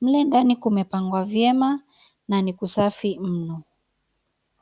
Mle ndani kumepangwa vyema, na ni kusafi mno.